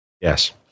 Yes